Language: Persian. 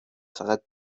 فقط